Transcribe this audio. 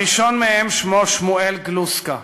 הראשון שבהם שמו שמואל גלוסקא,